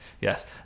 yes